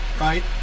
right